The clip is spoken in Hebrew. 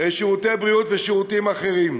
שירותי בריאות ושירותים אחרים.